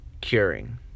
curing